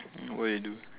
what you do